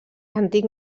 antic